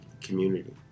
community